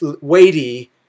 weighty